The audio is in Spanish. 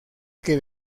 que